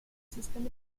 system